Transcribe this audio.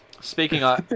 speaking